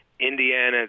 Indiana